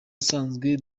asanzwe